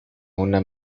una